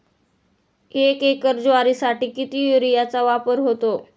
एक एकर ज्वारीसाठी किती युरियाचा वापर होतो?